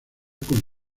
con